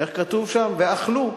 איך כתוב שם: "ואכלו",